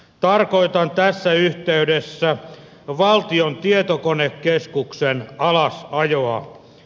tarkoitan tässä yhteydessä valtion tietokonekeskuksen alasajoa